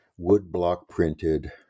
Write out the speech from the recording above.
woodblock-printed